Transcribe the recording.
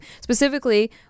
Specifically